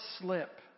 slip